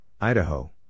Idaho